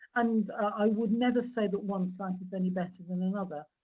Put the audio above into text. and i would never say that one site is any better than another,